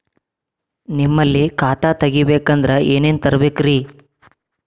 ನಿಮ್ಮಲ್ಲಿ ಖಾತಾ ತೆಗಿಬೇಕಂದ್ರ ಏನೇನ ತರಬೇಕ್ರಿ?